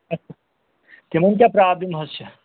تِمن کیٛاہ پرٛابلِم حظ چھےٚ